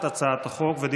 להצעת החוק, זה המקום המתאים.